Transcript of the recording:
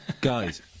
guys